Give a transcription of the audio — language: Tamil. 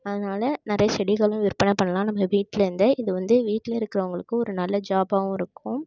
அதனால் நிறைய செடிகளும் விற்பனை பண்ணலாம் நம்ம வீட்டில் இருந்தே இது வந்து வீட்டில் இருக்கிறவங்களுக்கு ஒரு நல்ல ஜாப்பாகவும் இருக்கும்